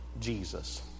Jesus